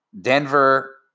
Denver